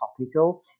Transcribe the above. topical